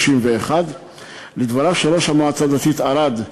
31. לדבריו של ראש המועצה הדתית ערד,